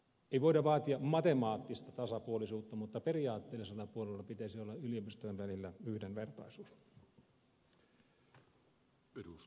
ei voida vaatia matemaattista tasapuolisuutta mutta periaatteellisella puolella pitäisi olla yliopistojen välillä yhdenvertaisuus